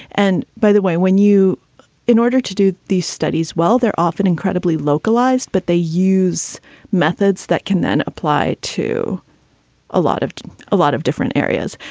and by the way, when you in order to do these studies, well, they're often incredibly localized, but they use methods that can then apply to a lot of a lot of different areas.